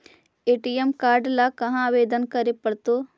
ATM card ल कहा आवेदन करे पड़तै?